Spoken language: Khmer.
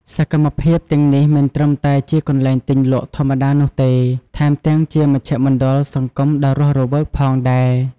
សកម្មភាពទាំងនេះមិនត្រឹមតែជាកន្លែងទិញលក់ធម្មតានោះទេ ថែមទាំងជាមជ្ឈមណ្ឌលសង្គមដ៏រស់រវើកផងដែរ។